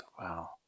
Wow